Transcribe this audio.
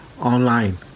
online